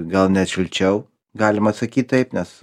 gal net šilčiau galima sakyt taip nes